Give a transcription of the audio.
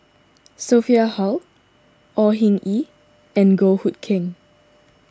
Sophia Hull Au Hing Yee and Goh Hood Keng